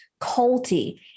culty